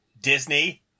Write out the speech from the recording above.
Disney